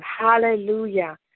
Hallelujah